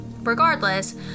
Regardless